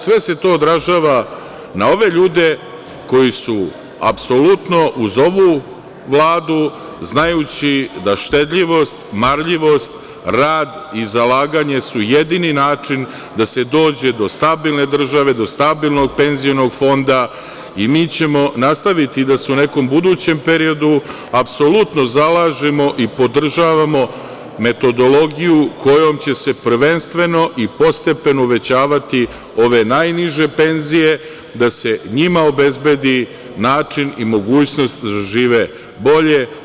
Sve se to odražava na ove ljude koji su apsolutno uz ovu Vladu, znajući da štedljivost, marljivost, rad i zalaganje su jedini način da se dođe do stabilne države, do stabilnog penzionog fonda i mi ćemo nastaviti da se u nekom budućem periodu apsolutno zalažemo i podržavamo metodologiju kojom će se prvenstveno i postepeno uvećavati ove najniže penzije, da se njima obezbedi način i mogućnost da žive bolje.